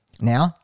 Now